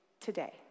today